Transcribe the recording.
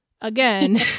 again